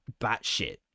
batshit